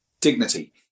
dignity